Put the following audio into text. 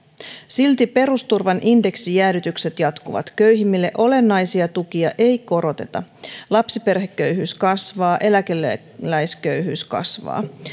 silti perusturvan indeksijäädytykset jatkuvat köyhimmille olennaisia tukia ei koroteta lapsiperheköyhyys kasvaa eläkeläisköyhyys kasvaa